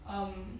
um